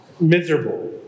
miserable